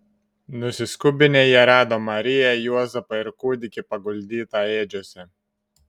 nusiskubinę jie rado mariją juozapą ir kūdikį paguldytą ėdžiose